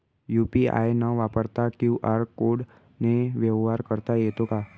UPI न वापरता QR कोडने व्यवहार करता येतो का?